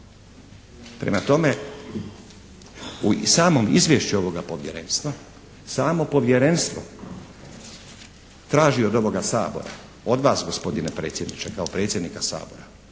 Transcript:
Prema tome, u samom Izvješću ovoga Povjerenstva, samo Povjerenstvo traži od ovoga Sabora, od vas gospodine predsjedniče kao predsjednika Sabora,